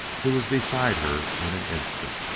he was beside her in an instant.